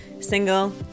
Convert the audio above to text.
single